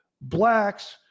blacks